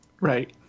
Right